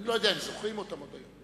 אני לא יודע אם זוכרים אותם עוד היום,